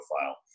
profile